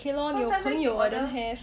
okay lor 你有朋友 I don't have